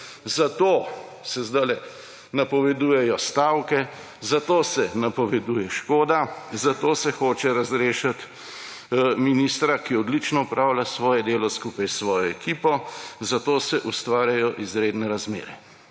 Zato se zdajle napovedujejo stavke, zato se napoveduje škoda, zato se hoče razrešiti ministra, ki odlično opravlja svoje delo skupaj s svojo ekipo, zato se ustvarjajo izredne razmere.